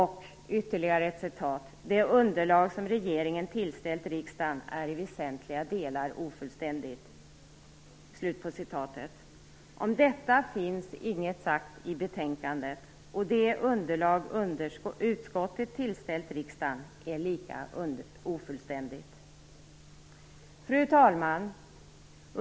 Det anförs vidare: "det underlag som regeringen tillställt riksdagen är i väsentliga delar ofullständigt". Fru talman!